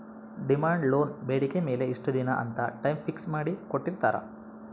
demand loan ಬೇಡಿಕೆ ಮೇಲೆ ಇಷ್ಟ ದಿನ ಅಂತ ಟೈಮ್ ಫಿಕ್ಸ್ ಮಾಡಿ ಕೋಟ್ಟಿರ್ತಾರಾ